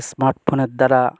smart ফোনের দ্বারা